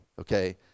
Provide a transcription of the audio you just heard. okay